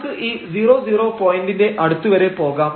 നമുക്ക് ഈ 00 പോയന്റിന്റെ അടുത്തു വരെ പോകാം